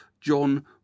John